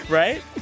right